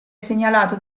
segnalato